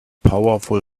powerful